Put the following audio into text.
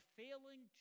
failing